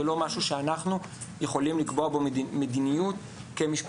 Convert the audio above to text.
זה לא משהו שאנחנו יכולים לקבוע בו מדיניות כמשפטנים.